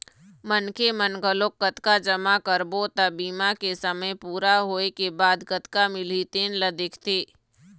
मनखे मन घलोक कतका जमा करबो त बीमा के समे पूरा होए के बाद कतका मिलही तेन ल देखथे